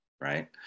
right